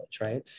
right